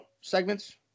segments